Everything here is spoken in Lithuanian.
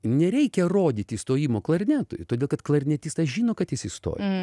nereikia rodyti įstojimo klarnetui todėl kad klarnetistas žino kad jis įstoja